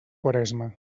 quaresma